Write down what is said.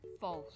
False